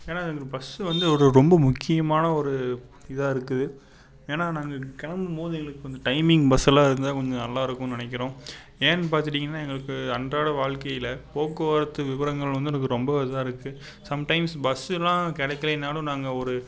ஏன்னா எங்களுக்கு பஸ்ஸு வந்து ஒரு ரொம்ப முக்கியமான ஒரு இதாக இருக்குது ஏன்னா நாங்கள் கிளம்பும்மோது எங்களுக்கு கொஞ்சம் டைமிங் பஸ் எல்லாம் இருந்தா கொஞ்சம் நல்லா இருக்குன்னு நினைக்கிறோம் ஏன்னு பார்த்துட்டிங்கன்னா எங்களுக்கு அன்றாட வாழ்க்கையில் போக்குவரத்து விவரங்கள் வந்து எனக்கு ரொம்பவே இதாக இருக்கு சம்டைம்ஸ் பஸ்ஸு எல்லாம் கிடைக்கிலைனாலும் நாங்கள் ஒரு